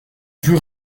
plus